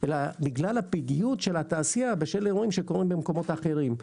אלא בגלל הפגיעות של התעשייה בשל אירועים שקורים במקומות אחרים.